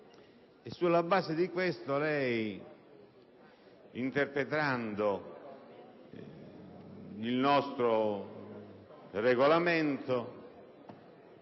Sulla base di questo, interpretando il nostro Regolamento,